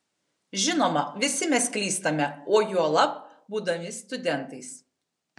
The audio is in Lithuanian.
žinoma visi mes klystame o juolab būdami studentais